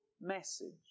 message